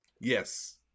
Yes